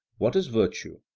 what is virtue?